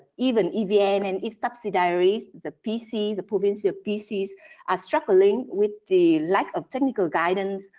even even evn and its subsidiaries, the pc, the provincial pcs, are struggling with the lack of technical guidance,